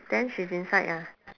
then she's inside ah